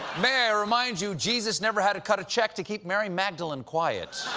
may i remind you, jesus never had to cut a check to keep mary magdalene quiet.